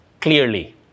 clearly